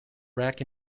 rack